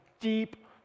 deep